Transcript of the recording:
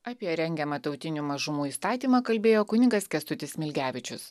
apie rengiamą tautinių mažumų įstatymą kalbėjo kunigas kęstutis smilgevičius